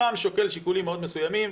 רם שוקל שיקולים מאוד מסוימים,